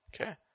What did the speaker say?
Okay